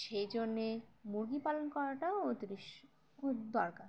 সেই জন্যে মুরগি পালন করাটাও তিন খুব দরকার